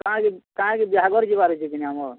କାଁ ଯେ କାଁ ଯେ ବିହାଘର୍ ଯିବାର୍ ଅଛେ କିନି ଆମର୍